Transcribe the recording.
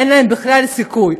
אין להם בכלל סיכוי.